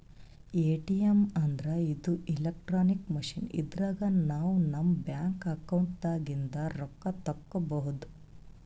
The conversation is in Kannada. ಎ.ಟಿ.ಎಮ್ ಅಂದ್ರ ಇದು ಇಲೆಕ್ಟ್ರಾನಿಕ್ ಮಷಿನ್ ಇದ್ರಾಗ್ ನಾವ್ ನಮ್ ಬ್ಯಾಂಕ್ ಅಕೌಂಟ್ ದಾಗಿಂದ್ ರೊಕ್ಕ ತಕ್ಕೋಬಹುದ್